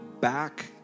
Back